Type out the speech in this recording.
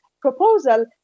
proposal